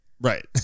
Right